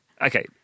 Okay